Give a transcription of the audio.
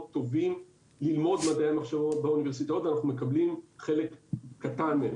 טובים ללמוד מדעי המחשב באוניברסיטאות ואנחנו מקבלים חלק קטן מהם.